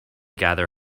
gather